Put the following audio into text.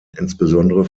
insbesondere